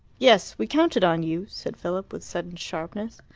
yes we counted on you, said philip, with sudden sharpness.